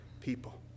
people